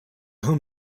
home